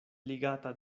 ligata